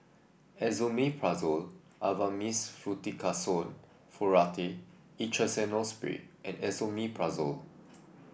Esomeprazole Avamys Fluticasone Furoate Intranasal Spray and Esomeprazole